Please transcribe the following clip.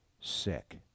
sick